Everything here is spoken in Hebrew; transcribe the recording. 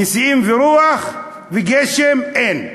נשיאים ורוח וגשם אֵין.